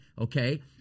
okay